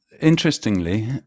Interestingly